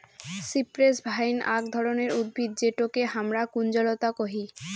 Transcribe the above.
cypress vine আক ধরণের উদ্ভিদ যেটোকে হামরা কুঞ্জলতা কোহি